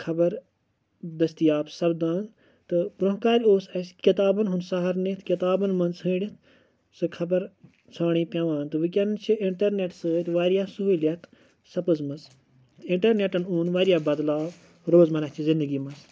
خبر دٔستِیاب سپدان تہٕ برٛۄنٛہہ کالہِ اوس اَسہِ کِتابَن ہُنٛد سہار نِتھ کِتابن منٛز ژھٲنٛڈِتھ سُہ خبر ژھانٛڈٕنۍ پٮ۪وان تہٕ وٕکٮ۪نَن چھِ اِنٹرنٮ۪ٹ سۭتۍ واریاہ سہوٗلیت سَپٕزمٕژ اِنٹرنٮ۪ٹَن اوٚن واریاہ بدلاو روزمرہ چہِ زِندگی منٛز